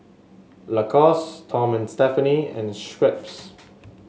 Lacoste Tom and Stephanie and Schweppes